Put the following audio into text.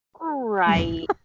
right